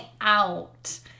out